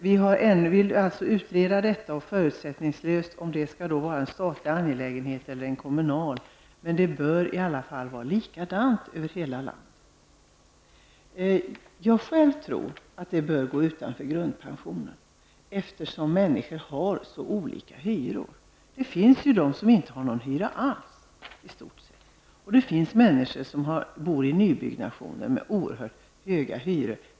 Vi vill alltså att det skall utredas förutsättningslöst om detta skall vara en statlig eller en kommunal angelägenhet. Men det bör i alla fall vara likadant över hela landet. Själv anser jag att KBT skall gå utanför grundpensionen, eftersom människor har så olika hyror. Det finns ju de som i stort sett inte har någon hyra alls. De finns också människor som bor i nybyggnationer med oerhört höga hyror.